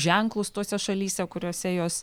ženklus tose šalyse kuriose jos